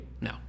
No